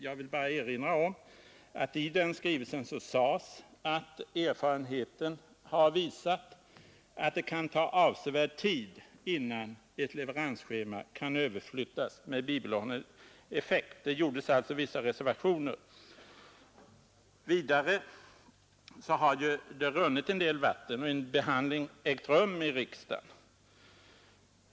Jag vill bara erinra om att det i den skrivelsen sades att erfarenheten har visat att det kan ta avsevärd tid innan ett leveransschema kan överflyttas med bibehållen effekt. Det gjordes alltså vissa reservationer. Vidare har det runnit en del vatten sedan dess och en behandling har ägt rum i riksdagen.